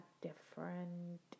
different